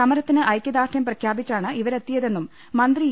സമരത്തിന് ഐക്യദാർഢ്യം പ്രഖ്യാപിച്ചാണ് ഇവരെത്തിയതെന്നും മന്ത്രി ഇ